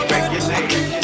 Regulate